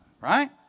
Right